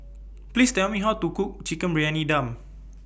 Please Tell Me How to Cook Chicken Briyani Dum